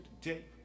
today